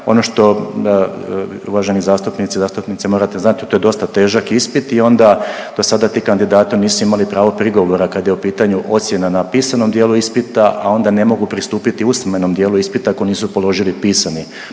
ono što, uvaženi zastupnici i zastupnice, morate znati, to je dosta težak ispit i onda do sada ti kandidati nisu imali pravo prigovora kad je u pitanju ocjena na pisanom dijelu ispita, a onda ne mogu pristupiti usmenom dijelu ispita ako nisu položili pisani